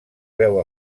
veu